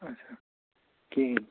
اَچھا کِہیٖنٛۍ